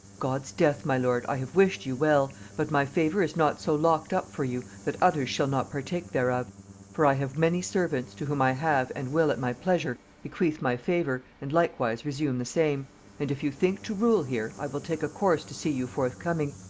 god's death, my lord, i have wished you well but my favor is not so locked up for you, that others shall not partake thereof for i have many servants, to whom i have, and will at my pleasure, bequeath my favor, and likewise resume the same and if you think to rule here, i will take a course to see you forthcoming.